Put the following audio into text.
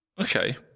Okay